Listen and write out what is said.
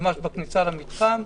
ממש בכניסה למתחם.